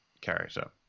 character